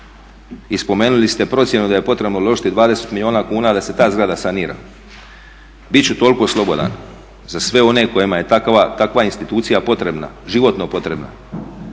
spomenuli ste procjenu da je potrebno uložiti 20 milijuna kuna da se ta zgrada sanira. Bit ću toliko slobodan, za sve one kojima je takva institucija potrebna, životno potreba